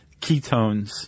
ketones